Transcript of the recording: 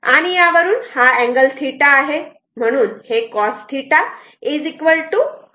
आणि यावरून हा अँगल θ आहे